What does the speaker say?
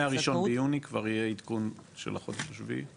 הראשון ביוני כבר יהיה עדכון של החודש השביעי?